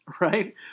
Right